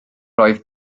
oedd